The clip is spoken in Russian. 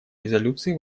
резолюции